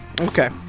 Okay